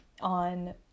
on